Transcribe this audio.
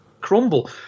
crumble